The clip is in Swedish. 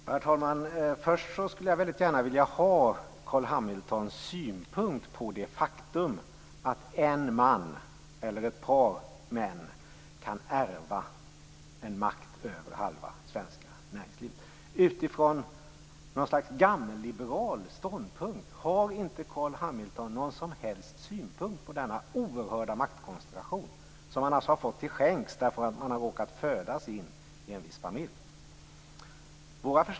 Herr talman! Först skulle jag väldigt gärna vilja höra vad Carl B Hamilton har för synpunkt på det faktum att en man eller ett par män kan ärva makten över halva svenska näringslivet utifrån något slags gammelliberal ståndpunkt. Har inte Carl Hamilton någon som helst synpunkt på denna oerhörda maktkoncentration som dessa män har fått till skänks därför att de har råkat födas in i en viss familj.